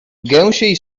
gęsiej